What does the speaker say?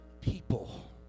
people